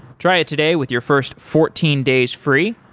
try it today with your first fourteen days free.